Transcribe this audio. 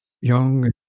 young